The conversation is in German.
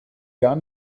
gar